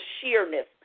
sheerness